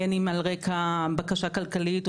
בין אם על רקע בקשה כלכלית,